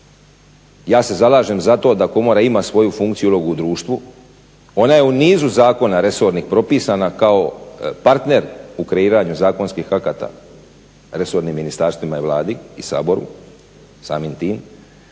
Ja se zalažem za to da komora ima svoju funkciju i ulogu u društvu, ona je u nizu zakona resornih propisana kao partner u kreiranju zakonskih akata resornim ministarstvima, Vladi i Saboru. Samim tim